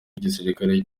igisirikare